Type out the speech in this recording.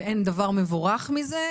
ואין דבר מבורך מזה.